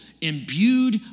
imbued